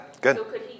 good